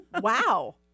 Wow